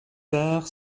tard